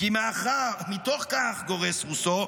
מתוך כך גורס רוסו,